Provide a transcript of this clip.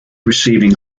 receiving